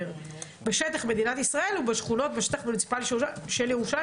בשטח מדינת ישראל ובשכונות בשטח המוניציפאלי של ירושלים,